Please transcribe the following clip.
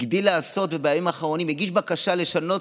הגדיל לעשות ובימים האחרונים הגיש בקשה לשנות